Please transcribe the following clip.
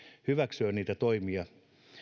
hyväksyä niitä toimia